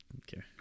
Okay